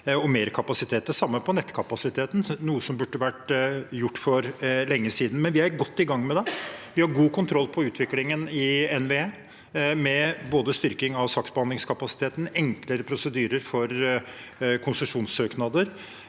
og mer kapasitet. Det samme gjelder nettkapasiteten, som også burde vært gjort for lenge siden. Men vi er godt i gang med det. Vi har god kontroll på utviklingen i NVE med både styrking av saksbehandlingskapasiteten og enklere prosedyrer for konsesjonssøknader